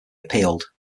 appealed